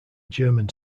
german